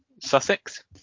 Sussex